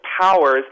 powers